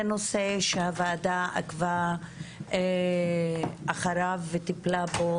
זה נושא שהוועדה עקבה אחריו וטיפלה בו